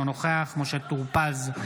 אינו נוכח משה טור פז,